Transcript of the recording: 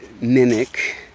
mimic